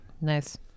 Nice